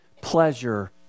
pleasure